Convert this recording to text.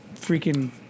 freaking